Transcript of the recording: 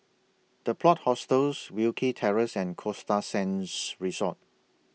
The Plot Hostels Wilkie Terrace and Costa Sands Resort